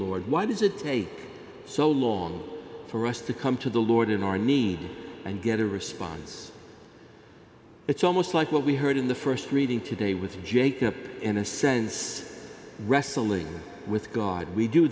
lord why does it take so long for us to come to the lord in our need and get a response it's almost like what we heard in the st reading today with jacob in a sense wrestling with god we do